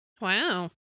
Wow